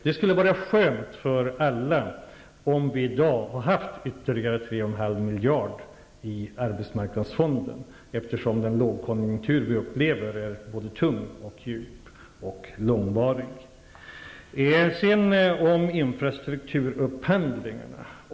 Det skulle vara skönt för alla om vi i dag hade haft ytterligare 3,5 miljarder i arbetsmarknadsfonden, eftersom den lågkonjunktur vi upplever är tung, djup och långvarig. Sedan till infrastrukturupphandlingarna.